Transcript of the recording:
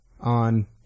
on